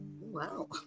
Wow